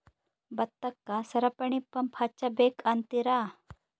ಭತ್ತಕ್ಕ ಸರಪಣಿ ಪಂಪ್ ಹಚ್ಚಬೇಕ್ ಅಂತಿರಾ?